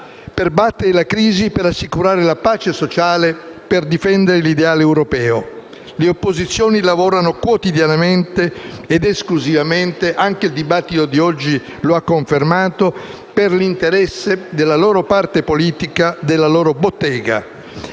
per battere la crisi, per assicurare la pace sociale, per difendere l'ideale europeo. Le opposizioni lavorano quotidianamente ed esclusivamente - anche il dibattito di oggi lo ha confermato - per l'interesse della loro parte politica, della loro bottega.